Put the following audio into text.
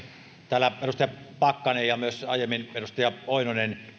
täällä edustaja pakkanen ja myös aiemmin edustaja oinonen